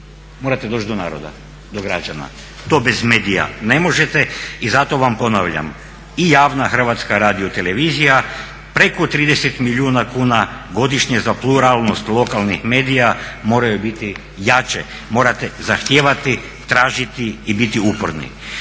Morate doći do naroda, do građana. To bez medija ne možete i zato vam ponavljam i javna Hrvatska radiotelevizija preko 30 milijuna kuna godišnje za pluralnost lokalnih medija moraju biti jače, morate zahtijevati, tražiti i biti uporni.